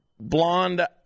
blonde